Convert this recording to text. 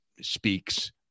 speaks